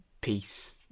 peace